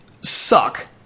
suck